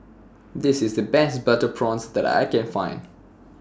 This IS The Best Butter Prawns that I Can Find